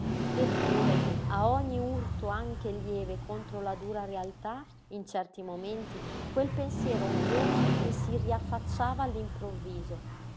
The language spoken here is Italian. eppure a ogni urto anche lieve contro la dura realtà in certi momenti quel pensiero odioso le si riaffacciava